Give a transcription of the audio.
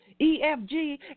EFG